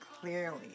clearly